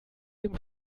dem